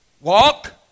Walk